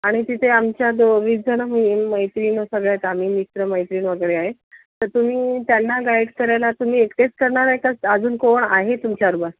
आणि तिथे आमच्या दो वीस जणं मैत्रिणी सगळ्या आम्ही मित्रमैत्रिणी वगैरे आहे तुम्ही त्यांना गाईड करायला तुम्ही एकटेच करणार आहे का अजून कोण आहे तुमच्याबरोबर